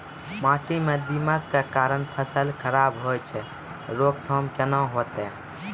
माटी म दीमक के कारण फसल खराब होय छै, रोकथाम केना होतै?